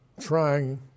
trying